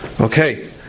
Okay